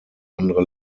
andere